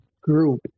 group